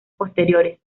posteriores